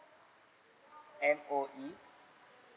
M_O_E